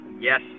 Yes